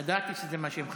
ידעתי שזה מה שהם חשבו.